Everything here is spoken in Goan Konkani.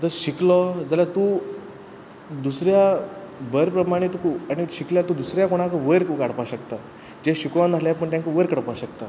जर शिकलो जाल्या तूं दुसऱ्या बरे प्रमाणे तुका शिकल्या तूं दुसऱ्या कोणाकय वयर काडपा शकता जे शिकूना नासलें तांकां वयर काडपा शकता